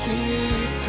Keep